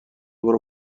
برو